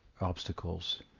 obstacles